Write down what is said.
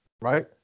right